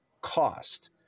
cost